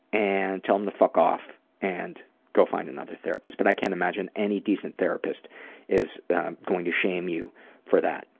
and tell him to fuck off and go find another therapist. but i can't imagine any decent therapist is going to shame you for that.